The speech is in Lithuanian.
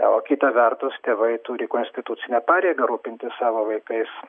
o kita vertus tėvai turi konstitucinę pareigą rūpintis savo vaikais